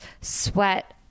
sweat